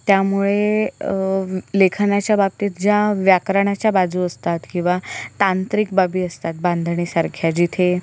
त्यामुळे लेखनाच्या बाबतीत ज्या व्याकरणाच्या बाजू असतात किंवा तांत्रिक बाबी असतात बांधणीसारख्या जिथे